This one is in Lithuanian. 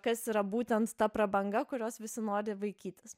kas yra būtent ta prabanga kurios visi nori vaikytis